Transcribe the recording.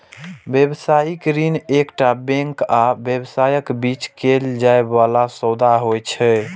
व्यावसायिक ऋण एकटा बैंक आ व्यवसायक बीच कैल जाइ बला सौदा होइ छै